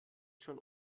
schon